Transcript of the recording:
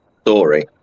story